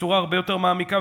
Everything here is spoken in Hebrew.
בצורה הרבה יותר מעמיקה,